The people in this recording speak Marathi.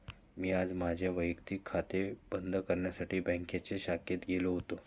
मी आज माझे वैयक्तिक खाते बंद करण्यासाठी बँकेच्या शाखेत गेलो होतो